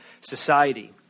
society